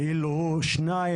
ואילו הוא נמצא ב-2,